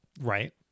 Right